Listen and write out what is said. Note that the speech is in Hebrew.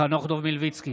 חנוך דב מלביצקי,